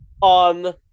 on